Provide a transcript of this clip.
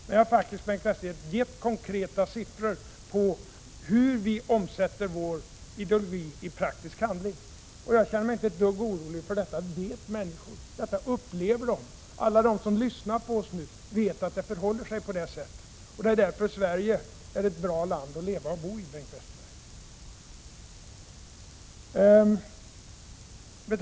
Jag har faktiskt gett Bengt Westerberg konkreta sifferuppgifter på hur vi omsätter vår ideologi i praktisk handling. Jag känner mig inte ett dugg orolig, för detta upplever människor. Alla de som lyssnar på oss nu vet att det förhåller sig på det sättet och att det är därför Sverige är ett bra land att leva och bo i, Bengt Westerberg.